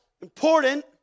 important